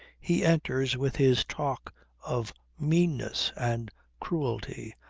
he enters with his talk of meanness and cruelty,